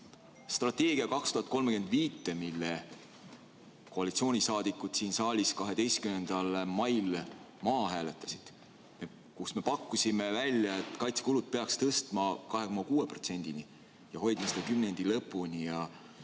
strateegiat 2035, mille koalitsioonisaadikud siin saalis 12. mail maha hääletasid ja kus me pakkusime välja, et kaitsekulud peaks tõstma 2,6%‑ni ning me peaks